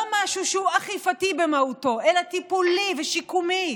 לא משהו שהוא אכיפתי במהותו אלא טיפולי ושיקומי,